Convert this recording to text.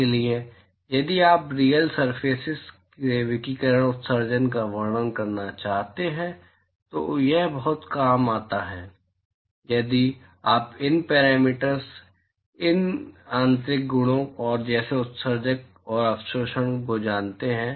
इसलिए यदि आप रीयल सरफेसेस से विकिरण उत्सर्जन का वर्णन करना चाहते हैं तो यह बहुत काम आता है यदि आप इन पैरामीटर्स इन आंतरिक गुणों जैसे उत्सर्जन और अवशोषण को जानते हैं